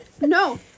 No